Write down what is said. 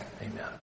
amen